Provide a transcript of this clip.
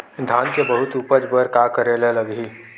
धान के बहुत उपज बर का करेला लगही?